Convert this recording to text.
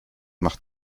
mach